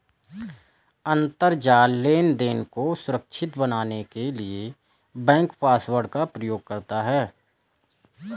अंतरजाल लेनदेन को सुरक्षित बनाने के लिए बैंक पासवर्ड का प्रयोग करता है